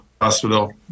hospital